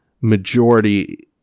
majority